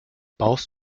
baust